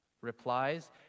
replies